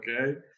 okay